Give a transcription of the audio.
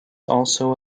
also